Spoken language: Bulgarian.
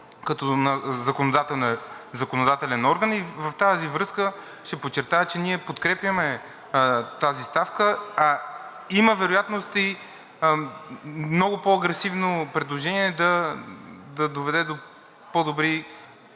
на законодателен орган, в тази връзка ще подчертая, че ние подкрепяме тази ставка. Има вероятност и много по-агресивно предложение да доведе до по-добри